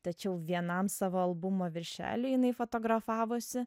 tačiau vienam savo albumo viršeliui jinai fotografavosi